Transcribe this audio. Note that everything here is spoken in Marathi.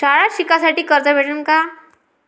शाळा शिकासाठी कर्ज भेटन का?